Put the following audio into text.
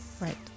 right